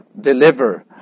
deliver